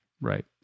right